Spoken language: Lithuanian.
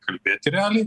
kalbėti realiai